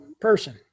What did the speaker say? person